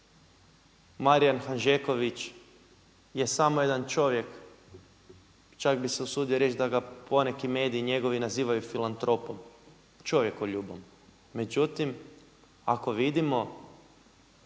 Marijan Hanžeković je samo jedan čovjek. Čak bih se usudio reći da ga poneki mediji njegovi nazivaju filantropom, čovjekoljubom. Međutim, ako vidimo